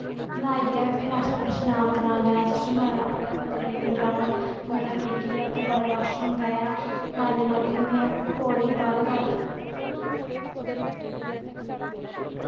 न्हाइयै फिर असें शनान करन जाना चीची माता उप्पर मत्था टेकन जाना मत्था टेकियै उत्थै बड़ा जैदा रश होंदा ऐ लाईनां लग्गी दियां होंदियां पौड़ी बाह्रें तारीं